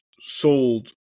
sold